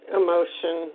emotion